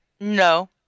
No